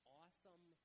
awesome